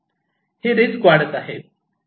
ही risk वाढत आहे